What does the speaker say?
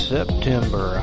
September